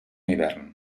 hivern